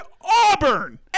Auburn